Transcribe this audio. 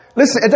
Listen